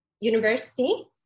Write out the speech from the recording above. university